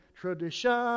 Tradition